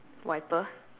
wiper